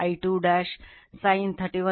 8 degree